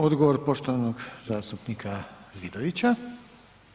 Odgovor poštovanog zastupnika Vidovića.